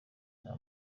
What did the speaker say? nta